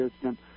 system